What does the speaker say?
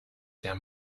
der